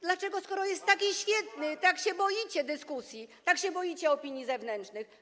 Dlaczego, skoro jest taki świetny, tak się boicie dyskusji, tak się boicie opinii zewnętrznych?